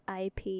IP